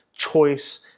choice